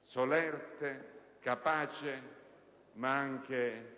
solerte e capace, ma anche